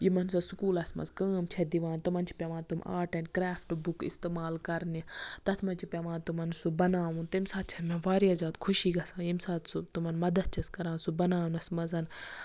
یِمن سۄ سکوٗلَس منٛز کٲم چھےٚ دِوان تِمَن چھِ پیوان تٔمۍ آرٹ اینڈ کریفٹہٕ بُک اِستعمال کرنہِ تَتھ منٛز چھُ پیوان تمَن سُہ بَناوُن تَمہِ ساتہٕ چھےٚ مےٚ واریاہ زیادٕ خوشی گژھان ییٚمہِ ساتہٕ سُہ تِمَن مدتھ چھَس کران سُہ بَناونَس منٛز